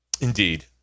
Indeed